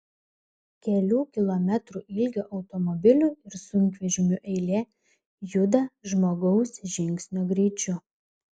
kelių kilometrų ilgio automobilių ir sunkvežimių eilė juda žmogaus žingsnio greičiu